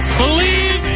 believe